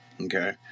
Okay